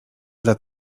dla